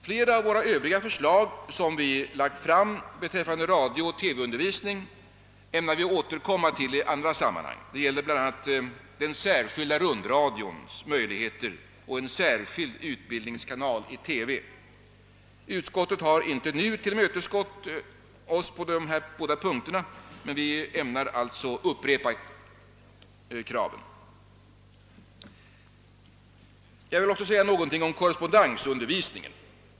Flera av våra övriga förslag beträffande radio-TV-undervisning ämnar vi återkomma till i andra sammanhang. Det gäller bl.a. den särskilda rundradions möjligheter och en särskild utbildningskanal i TV. Utskottet har inte nu tillmötesgått oss på dessa båda punkter, men vi ämnar alltså upprepa kraven. Jag vill också säga några ord om korrespondensundervisningen.